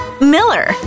Miller